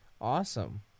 Awesome